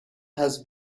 has